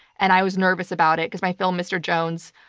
and i was nervous about it, because my film, mr. jones,